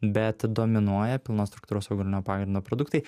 bet dominuoja pilnos struktūros augalinio pagrindo produktai